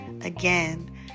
again